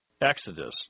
Exodus